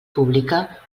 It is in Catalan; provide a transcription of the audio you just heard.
pública